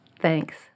Thanks